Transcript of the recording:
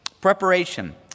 Preparation